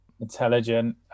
Intelligent